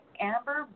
Amber